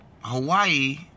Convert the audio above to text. Hawaii